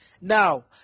Now